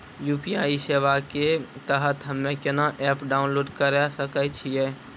UPI सेवा के तहत हम्मे केना एप्प डाउनलोड करे सकय छियै?